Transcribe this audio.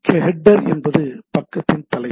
கேடெர் என்பது பக்கத்தின் தலைப்பு